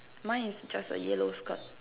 mine is just a yellow skirt